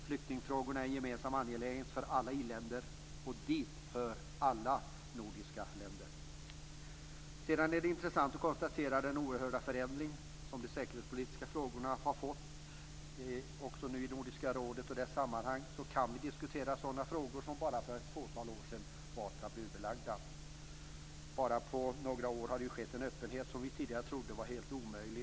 Flyktingfrågorna är en gemensam angelägenhet för alla i-länder, och dit hör alla nordiska länder. Sedan är det intressant att konstatera den oerhörda förändring som de säkerhetspolitiska frågorna har genomgått. Också i Nordiska rådet och dess sammanhang kan vi nu diskutera sådana frågor som för bara ett fåtal år sedan var tabubelagda. På bara några år har det uppstått en öppenhet som vi tidigare trodde var helt omöjlig.